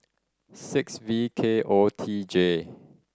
six V K O T J